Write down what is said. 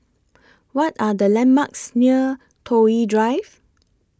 What Are The landmarks near Toh Yi Drive